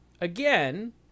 again